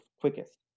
quickest